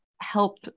help